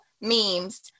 memes